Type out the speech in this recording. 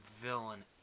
villain